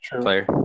player